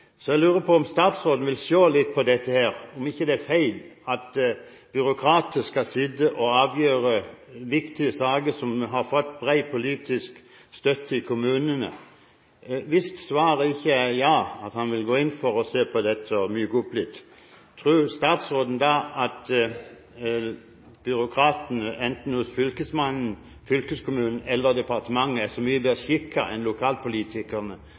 ikke er feil at byråkrater skal sitte og avgjøre viktige saker som har fått bred politisk støtte i kommunene. Hvis svaret ikke er ja, at han vil gå inn for å se på dette og myke opp litt, tror statsråden da at byråkratene enten hos Fylkesmannen, fylkeskommunen eller departementet er så mye bedre skikket enn lokalpolitikerne